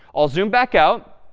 i'll zoom back out.